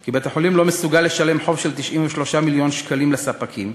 כי בית-החולים לא מסוגל לשלם חוב של 93 מיליון שקלים לספקים,